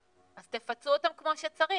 אז תפצו אותם כמו שצריך,